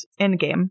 Endgame